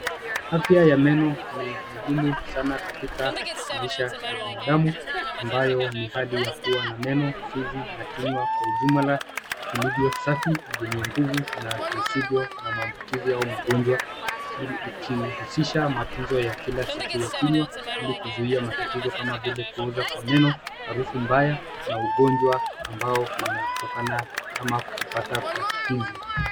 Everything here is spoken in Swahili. Afya ya meno ni muhimu sana katika maisha ya binadamu ambayo ni hali ya kuwa na meno, ufizi na kinywa kwa ujumla vilivyo safi, vyenye nguvu na visivyo na maabukizi au magonjwa, ikihusisha mafunzo ya kila siku ya kinywa ili kuzuia matatizo kama vile kuoza kwa meno, harufu mbaya na ugonjwa ambao unatokana ama kupata kwa ufizi.